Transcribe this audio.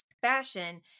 fashion